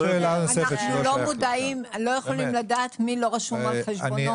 לא יכולים לדעת מי לא רשום על חשבונו.